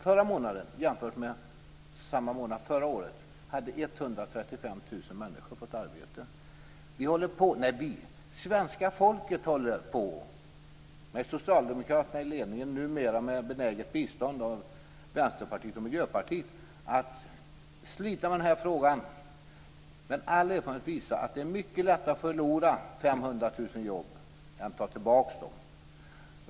Förra månaden hade 135 000 människor fått arbete jämfört med samma månad året innan. Miljöpartiet, sliter med denna fråga. All erfarenhet visar att det är mycket lättare att förlora 500 000 jobb än att ta tillbaka dem.